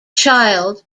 child